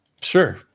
Sure